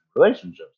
relationships